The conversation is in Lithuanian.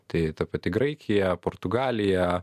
tai ta pati graikija portugalija